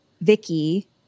Vicky